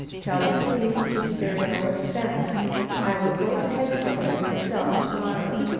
tell the police to spare no expense i will go to headquarters myself to-morrow.